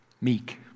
meek